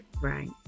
Right